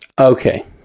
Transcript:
Okay